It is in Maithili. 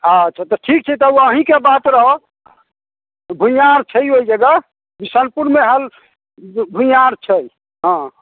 अच्छा तऽ ठीक छै तऽ ओ अहिँके बात रहऽ भूमिहार छै ओहि जगह बिशनपुरमे आयल भूमिहार छै हँ